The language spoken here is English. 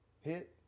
Hit